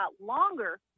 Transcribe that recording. longer